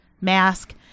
mask